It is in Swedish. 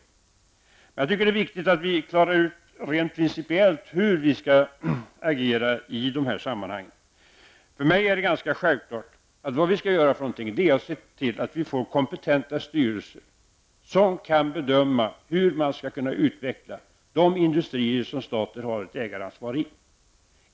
Jag tycker alltså att det är viktigt att vi klarar ut rent principiellt hur vi skall agera i de här sammanhangen. För mig är det självklart att vi skall se till att vi får kompetenta styrelser som kan bedöma hur man skall kunna utveckla de industrier som staten har ett ägaransvar i.